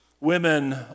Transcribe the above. Women